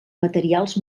materials